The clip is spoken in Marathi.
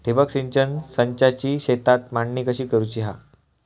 ठिबक सिंचन संचाची शेतात मांडणी कशी करुची हा?